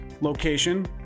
location